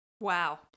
Wow